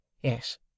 Yes